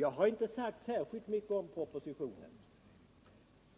Jag har inte sagt särskilt mycket om propositionen